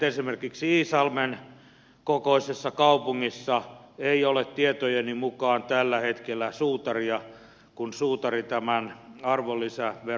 esimerkiksi iisalmen kokoisessa kaupungissa ei ole tietojeni mukaan tällä hetkellä suutaria kun suutari tämän arvolisä ja